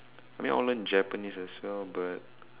I mean I want to learn Japanese as well but